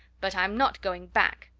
but i'm not going back.